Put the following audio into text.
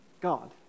God